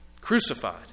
Crucified